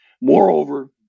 Moreover